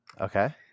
Okay